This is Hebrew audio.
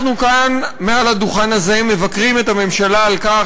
אנחנו כאן מעל הדוכן הזה מבקרים את הממשלה על כך